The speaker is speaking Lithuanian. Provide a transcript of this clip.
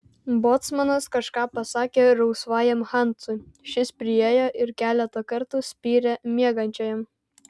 bocmanas kažką pasakė rausvajam hansui šis priėjo ir keletą kartų spyrė miegančiajam